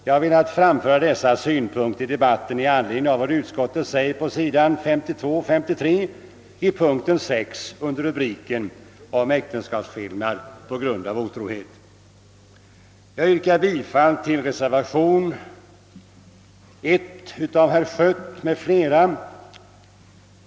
Jag har velat framföra dessa synpunkter i debatten med anledning av vad utskottet säger på s. 52 och 53 i punkten 6 under rubriken »Äktenskapsskillnad på grund av otrohet». Jag yrkar bifall till reservation 1 av herr Schött m.fl.